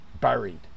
buried